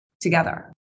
together